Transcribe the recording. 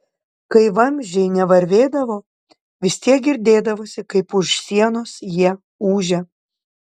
kai vamzdžiai nevarvėdavo vis tiek girdėdavosi kaip už sienos jie ūžia